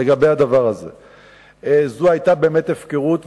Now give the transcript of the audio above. זאת היתה באמת הפקרות,